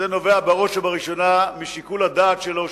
זה נובע בראש ובראשונה משיקול הדעת שלו,